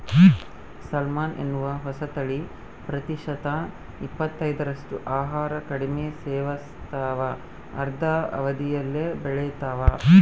salmon ಎನ್ನುವ ಹೊಸತಳಿ ಪ್ರತಿಶತ ಇಪ್ಪತ್ತೈದರಷ್ಟು ಆಹಾರ ಕಡಿಮೆ ಸೇವಿಸ್ತಾವ ಅರ್ಧ ಅವಧಿಯಲ್ಲೇ ಬೆಳಿತಾವ